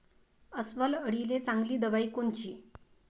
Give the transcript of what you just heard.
अस्वल अळीले चांगली दवाई कोनची?